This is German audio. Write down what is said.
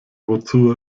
wozu